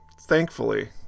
thankfully